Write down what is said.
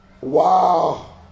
Wow